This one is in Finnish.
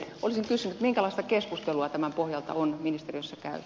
olisin kysynyt minkälaista keskustelua tämän pohjalta on ministeriössä käyty